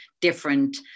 different